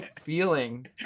feeling